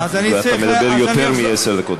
ואתה מדבר יותר מעשר דקות.